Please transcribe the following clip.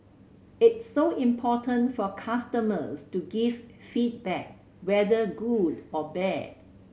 it's so important for customers to give feedback whether good or bad